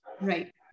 right